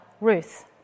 Ruth